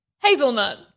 Hazelnut